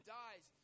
dies